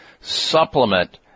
supplement